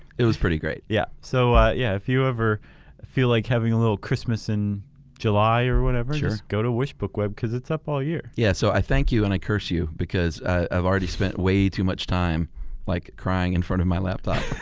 it was pretty great. yeah so so yeah if you ever feel like having a little christmas in july or whatever just go to wishbook web cause it's up all year. yeah so i thank you and i curse you because i've already spent way too much time like crying in front of my laptop.